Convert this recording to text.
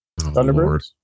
Thunderbirds